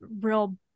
real